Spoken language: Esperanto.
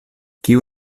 kiu